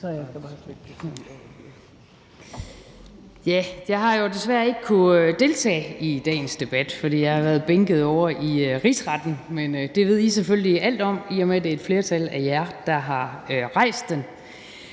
Jeg har jo desværre ikke kunnet deltage i dagens debat, fordi jeg har været bænket ovre i Rigsretten. Men det ved I selvfølgelig alt om, i og med at det er et flertal af jer, der har rejst sagen.